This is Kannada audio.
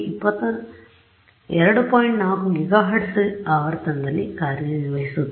4 ಗಿಗಾಹೆರ್ಟ್ಜ್ ಆವರ್ತನದಲ್ಲಿ ಕಾರ್ಯನಿರ್ವಹಿಸುತ್ತದೆ